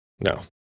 No